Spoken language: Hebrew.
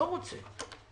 לא רוצה.